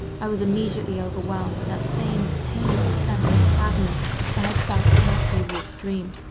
i was immediately overwhelmed with that same painful sense of sadness that i had felt in my previous dream.